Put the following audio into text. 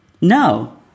No